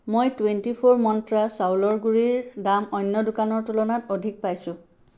মই twenty four মন্ত্ৰা চাউলৰ গুড়িৰ দাম অন্য দোকানৰ তুলনাত অধিক পাইছোঁ